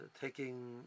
taking